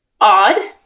Odd